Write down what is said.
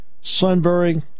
Sunbury